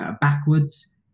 backwards